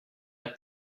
that